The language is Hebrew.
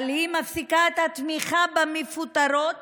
אבל היא מפסיקה את התמיכה במפוטרות